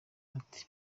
ati